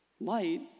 Light